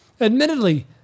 admittedly